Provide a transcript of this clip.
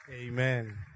Amen